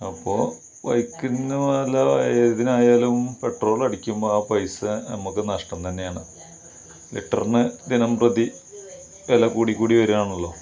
അപ്പോൾ ബൈക്കിന്ന് അല്ല ഏതിനായാലും പെട്രോളടിക്കുമ്പോൾ ആ പൈസ നമുക്ക് നഷ്ടം തന്നെയാണ് ലിറ്ററിന് ദിനംപ്രതി വില കൂടിക്കൂടി വരുവാണല്ലോ